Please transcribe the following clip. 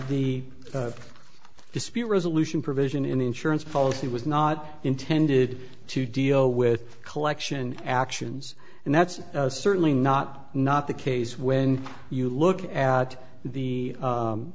the dispute resolution provision in the insurance policy was not intended to deal with collection actions and that's certainly not not the case when you look at